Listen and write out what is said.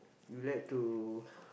you like to